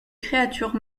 créatures